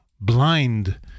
blind